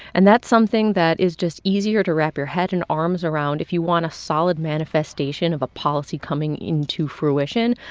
and that's something that is just easier to wrap your head and arms around if you want a solid manifestation of a policy coming into fruition.